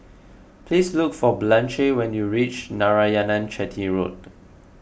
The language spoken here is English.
please look for Blanche when you reach Narayanan Chetty Road